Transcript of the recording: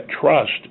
trust